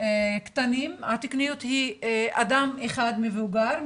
קטנים התקניות היא אדם אחד מבוגר,